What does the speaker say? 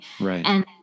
Right